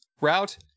route